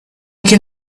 can